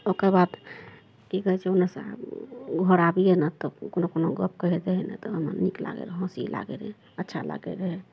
ओकर बाद की कहय छै ओनोसँ घर आबियै ने तऽ कोनो कोनो गप्प कहैत रहय ने तऽ हमरा नीक लागय हँसी लागय रहय अच्छा लागय रहय